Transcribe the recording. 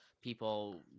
people